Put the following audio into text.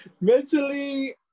mentally